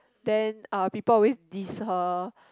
then uh people always diss her